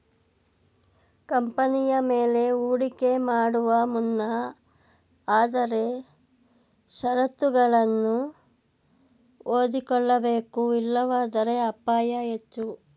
ಕಂಪನಿಯ ಮೇಲೆ ಹೂಡಿಕೆ ಮಾಡುವ ಮುನ್ನ ಆದರೆ ಶರತ್ತುಗಳನ್ನು ಓದಿಕೊಳ್ಳಬೇಕು ಇಲ್ಲವಾದರೆ ಅಪಾಯ ಹೆಚ್ಚು